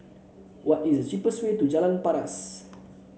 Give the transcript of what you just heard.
what is the cheapest way to Jalan Paras